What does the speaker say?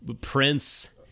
Prince